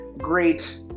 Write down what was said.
Great